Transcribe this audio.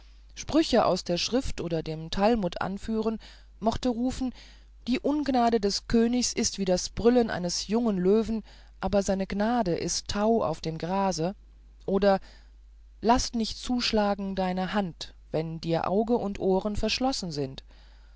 sprüche aus der schrift oder dem talmud anführen mochte rufen die ungnade des königs ist wie das brüllen eines jungen löwen aber seine gnade ist tau auf dem grase oder laß nicht zuschlagen deine hand wenn dir augen und ohren verschlossen sind